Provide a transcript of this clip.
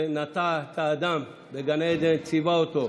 שנטע את האדם בגן עדן, ציווה אותו: